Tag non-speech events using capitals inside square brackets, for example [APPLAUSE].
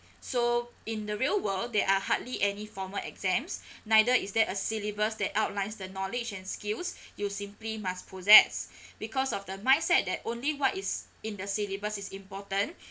so in the real world there are hardly any formal exams [BREATH] neither is there a syllabus that outlines the knowledge and skills you simply must possess [BREATH] because of the mindset that only what is in the syllabus is important [BREATH]